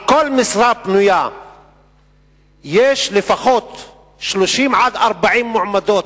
על כל משרה פנויה יש לפחות 30 40 מועמדות.